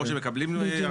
ואלו שלא מקבלים הרחבה?